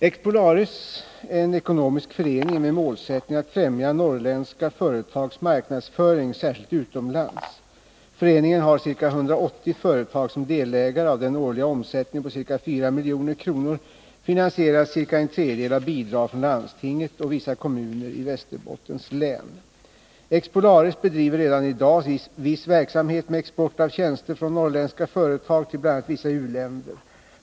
Expolaris är en ekonomisk förening med målsättning att främja norrländska företags marknadsföring, särskilt utomlands. Föreningen har ca 180 företag som delägare. Av den årliga omsättningen på ca 4 milj.kr. finansieras ca en tredjedel av bidrag från landstinget och vissa kommuner i Västerbottens län. Expolaris bedriver redan i dag viss verksamhet med export av tjänster från norrländska företag till bl.a. vissa u-länder.